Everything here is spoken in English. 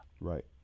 Right